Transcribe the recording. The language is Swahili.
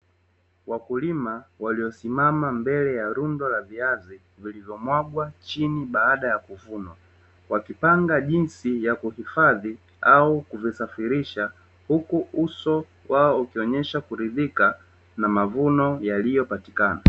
Wakulima waliosimama mbele ya lundo la viazi, lilomwagwa chini baada ya kuvunwa, wakipanga jinsi ya kuhifadhi au kuvisafirisha huku uso wao ukionesha kulidhika na mavuno yaliyopatikana.